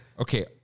Okay